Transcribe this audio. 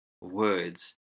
words